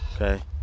Okay